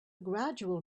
gradual